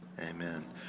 amen